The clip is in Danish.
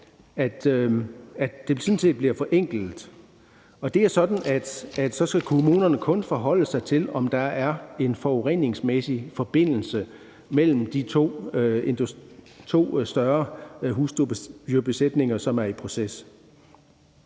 gøre, at det bliver forenklet, og det handler sådan set om, at kommunerne så kun skal forholde sig til, om der er en forureningsmæssig forbindelse mellem de to større husdyrbesætninger, som er i proces.